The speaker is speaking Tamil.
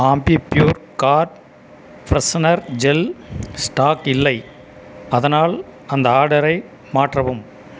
Ambi Pur car freshener gel stock இல்லை அதனால் அந்த ஆர்டரை மாற்றவும்